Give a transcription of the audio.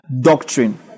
doctrine